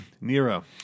Nero